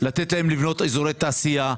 לתת להן לבנות אזורי תעשייה,